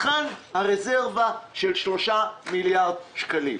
היכן הרזרבה של 3 מיליארד שקלים?